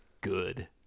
good